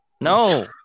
No